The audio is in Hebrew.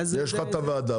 יש לך את הוועדה,